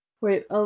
wait